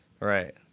Right